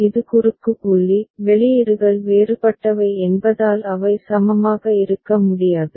இது குறுக்கு புள்ளி வெளியீடுகள் வேறுபட்டவை என்பதால் அவை சமமாக இருக்க முடியாது